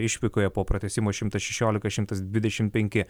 išvykoje po pratęsimo šimtas šešiolika šimtas dvidešim penki